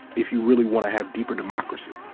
if you really want to have deeper democracy.